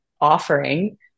offering